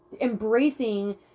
embracing